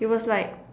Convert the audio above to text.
he was like